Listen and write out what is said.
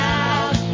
out